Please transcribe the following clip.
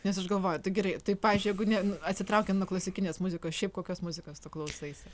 nes aš galvoju tai gerai tai pavyzdžiui jeigu ne atsitraukiant nuo klasikinės muzikos šiaip kokios muzikos tu klausaisi